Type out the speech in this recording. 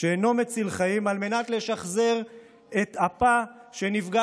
שאינו מציל חיים על מנת לשחזר את אפה שנפגע